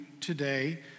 today